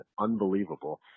unbelievable